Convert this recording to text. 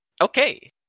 Okay